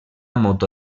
moto